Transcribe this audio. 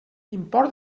import